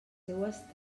seues